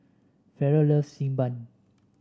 Ferrell loves Xi Ban